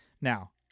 Now